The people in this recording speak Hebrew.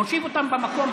להושיב אותם במקום,